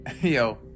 Yo